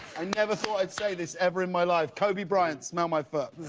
i never thought i would say this ever in my life, kobe bryant, smell my foot.